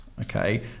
Okay